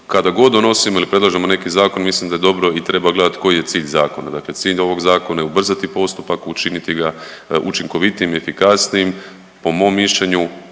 Kada god donosimo ili predlažemo neki zakon, mislim da je dobro i treba gledati koji je cilj zakona. Dakle cilj ovog zakona je ubrzati postupak, učiniti ga učinkovitijim, efikasnijim, po mom mišljenju,